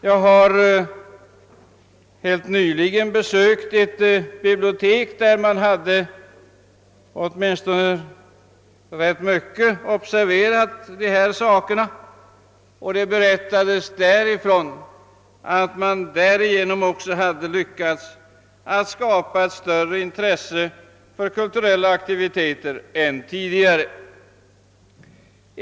Jag besökte helt nyligen ett bibliotek på en ort där man observerat dessa saker, och man berättade där att man lyckats skapa ett större intresse för kulturella aktiviteter än det som förefunnits tidigare.